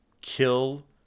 kill